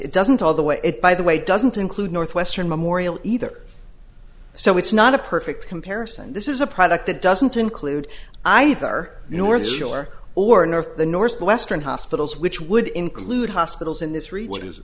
it doesn't all the way it by the way doesn't include northwestern memorial either so it's not a perfect comparison this is a product that doesn't include either north shore or north the north western hospitals which would include hospitals in this region is